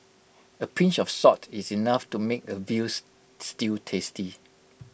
A pinch of salt is enough to make A veal stew tasty